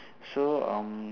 so um